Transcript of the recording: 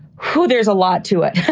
who there's a lot to it.